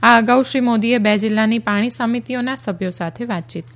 આ અગાઉ શ્રી મોદીએ બે જિલ્લાની પાણી સમિતિઓના સભ્યો સાથે વાતચીત કરી હતી